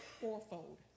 fourfold